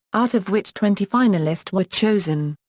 out of which twenty finalist were chosen.